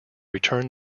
return